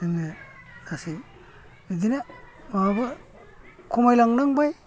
जोङो लासै बिदिनो माबाबो खमायलांनांबाय